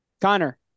Connor